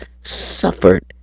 suffered